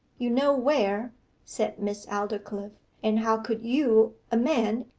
you know where said miss aldclyffe. and how could you, a man,